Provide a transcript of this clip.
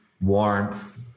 warmth